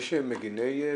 יש מגני קרינה,